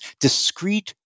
discrete